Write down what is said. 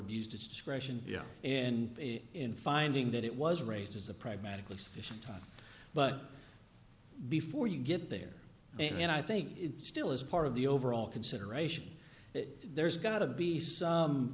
its discretion and in finding that it was raised as a pragmatically sufficient time but before you get there and i think it still is part of the overall consideration that there's got to be some